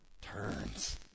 turns